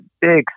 Big